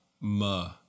ma